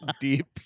deep